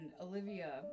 Olivia